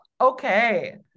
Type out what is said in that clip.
Okay